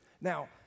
Now